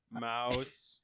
Mouse